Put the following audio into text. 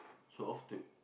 so off to